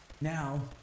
Now